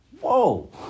Whoa